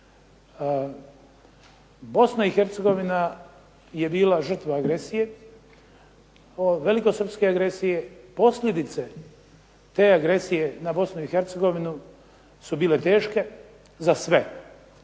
Bosna i Hercegovina je bila žrtva agresije, velikosrpske agresije, posljedice te agresije na Bosnu i Hercegovinu su bile teške za sve.